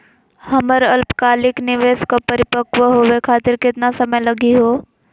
हमर अल्पकालिक निवेस क परिपक्व होवे खातिर केतना समय लगही हो?